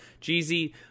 Jeezy